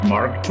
Mark